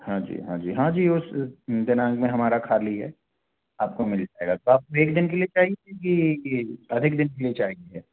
हाँ जी हाँ जी हाँ जी उस दिनांक में हमारा खाली है आपको मिल जाएगा तो आपको एक दिन के लिए चाहिए कि हर एक दिन के लिए चाहिए